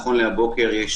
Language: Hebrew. נכון לבוקר זה,